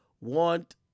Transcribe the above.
want